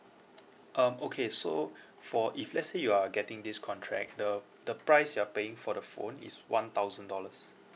um okay so for if let's say you are getting this contract the the price you are paying for the phone is one thousand dollars